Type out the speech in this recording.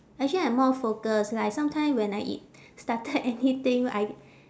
actually I'm more focused like sometime when I i~ started anything I